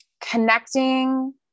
Connecting